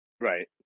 Right